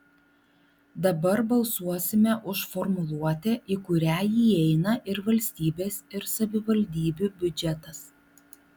dabar balsuosime už formuluotę į kurią įeina ir valstybės ir savivaldybių biudžetas